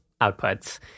outputs